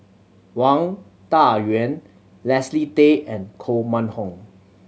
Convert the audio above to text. Wang Dayuan Leslie Tay and Koh Mun Hong